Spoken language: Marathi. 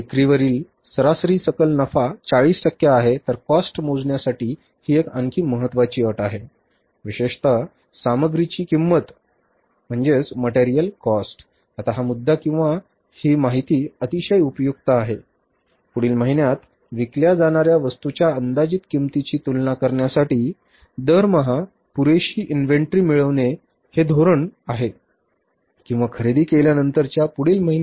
विक्रीवरील सरासरी सकल नफा 40 टक्के आहे तर cost मोजण्यासाठी ही आणखी एक महत्त्वाची अट आहे विशेषतः सामग्रीची किंमत आहे किंवा खरेदी केल्यानंतरच्या पुढील महिन्यात खरेदीचे पैसे दिले जातील बरोबर